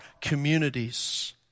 communities